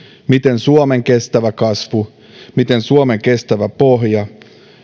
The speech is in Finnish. miten suomen kestävä kasvu miten suomen kestävä pohja